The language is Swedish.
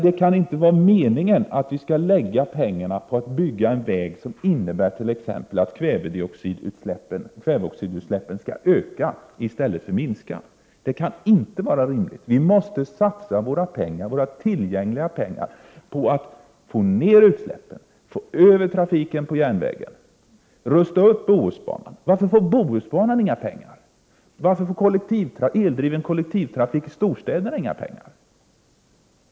Det kan inte vara meningen att vi skall satsa pengarna på att bygga en väg som innebär att t.ex kvävedioxidutsläppen skall öka i stället för att minska. Det kan inte vara rimligt. Vi måste satsa våra tillgängliga pengar på att få ner utsläppen, att få över trafiken på järnvägen och på att rusta upp Bohusbanan. Varför får Bohusbanan inte några pengar? Varför får eldriven kollektivtrafik i storstäderna inte några pengar?